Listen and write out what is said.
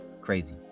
crazy